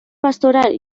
pastoral